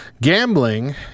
Gambling